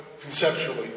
conceptually